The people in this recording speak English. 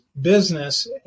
business